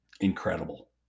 incredible